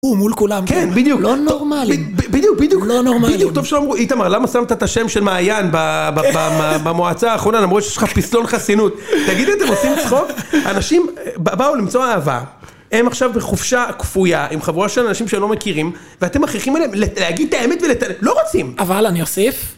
הוא מול כולם, כן בדיוק, לא נורמלי, בדיוק, בדיוק, לא נורמלי, בדיוק, טוב שלא אמרו איתמר, למה שמת את השם של מעיין במועצה האחרונה, למרות שיש לך פסלון חסינות, תגידי את זה, עושים צחוק, אנשים באו למצוא אהבה, הם עכשיו בחופשה כפויה עם חבורה של אנשים שהם לא מכירים, ואתם מכריחים עליהם להגיד את האמת ולתן, לא רוצים, אבל אני אוסיף,